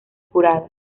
jurado